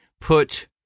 put